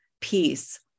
peace